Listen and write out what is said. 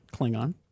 Klingon